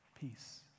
peace